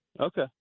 okay